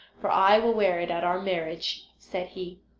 for i will wear it at our marriage said he.